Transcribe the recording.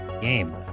game